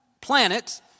planet